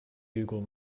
google